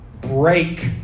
break